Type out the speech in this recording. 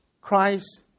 Christ